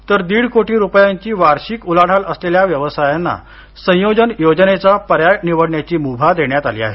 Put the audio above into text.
तर दीड कोटी रुपयांची वार्षिक उलाढाल असलेल्या व्यवसायांना संयोजन योजनेचा पर्याय निवडण्याची मुभा देण्यात आली आहे